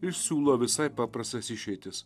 ir siūlo visai paprastas išeitis